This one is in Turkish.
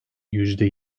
yüzde